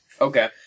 Okay